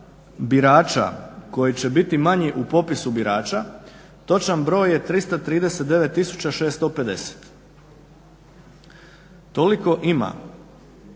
birača koji će biti manji u popisu birača, točan broj je 339 650. Toliko ima